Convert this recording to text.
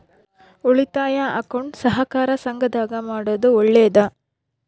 ಉಳಿತಾಯ ಅಕೌಂಟ್ ಸಹಕಾರ ಸಂಘದಾಗ ಮಾಡೋದು ಒಳ್ಳೇದಾ?